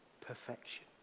perfection